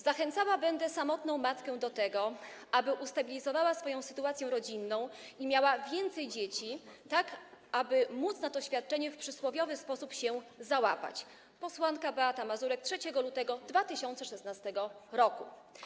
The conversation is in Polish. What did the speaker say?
Zachęcała będę samotną matkę do tego, aby ustabilizowała swoją sytuację rodzinną i miała więcej dzieci, tak aby móc na to świadczenie w przysłowiowy sposób się załapać - posłanka Beata Mazurek, 3 lutego 2016 r.